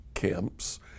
Camps